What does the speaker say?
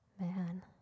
Man